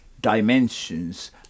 dimensions